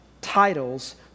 titles